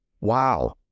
wow